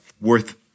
worth